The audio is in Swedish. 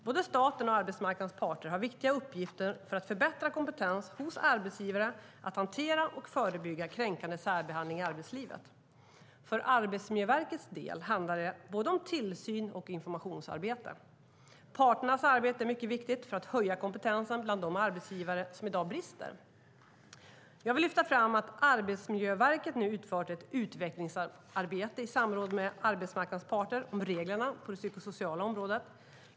Både staten och arbetsmarknadens parter har viktiga uppgifter för att förbättra kompetensen hos arbetsgivare att hantera och förebygga kränkande särbehandling i arbetslivet. För Arbetsmiljöverkets del handlar det om både tillsyn och informationsarbete. Parternas arbete är mycket viktigt för att höja kompetensen bland de arbetsgivare som i dag brister. Jag vill lyfta fram att Arbetsmiljöverket nu i samråd med arbetsmarknadens parter utför ett utvecklingsarbete om reglerna på det psykosociala området.